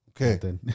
okay